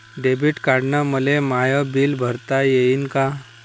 Debit कार्डानं मले माय बिल भरता येईन का?